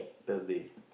Thursday